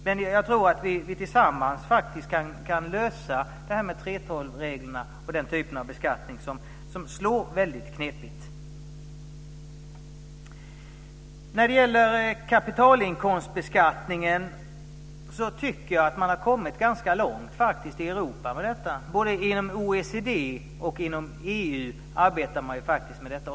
Men jag tror att vi tillsammans faktiskt kan lösa detta med 3:12-reglerna och den typ av beskattning som slår så knepigt. Jag tycker att man har kommit ganska långt när det gäller kapitalinkomstbeskattningen i Europa. Både inom OECD och EU arbetar man med detta.